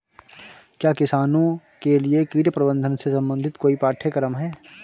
क्या किसानों के लिए कीट प्रबंधन से संबंधित कोई पाठ्यक्रम है?